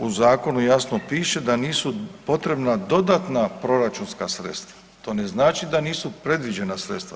U zakonu jasno piše da nisu potrebna dodatna proračunska sredstva, to ne znači da nisu predviđena sredstva.